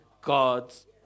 God's